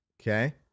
Okay